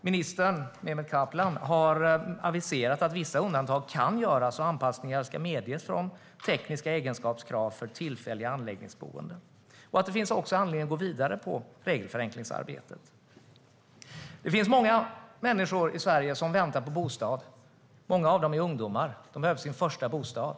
Minister Mehmet Kaplan har aviserat att vissa undantag kan göras, att anpassningar ska medges när det gäller tekniska egenskapskrav för tillfälliga anläggningsboenden och att det också finns anledning att gå vidare med regelförenklingsarbetet. Det finns många människor i Sverige som väntar på en bostad. Många av dem är ungdomar. De behöver sin första bostad.